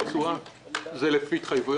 זה לפי התחייבויות?